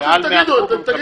מעל 100 קוב,